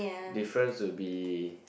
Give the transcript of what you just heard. difference will be